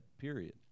period